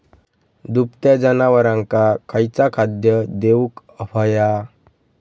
दुभत्या जनावरांका खयचा खाद्य देऊक व्हया?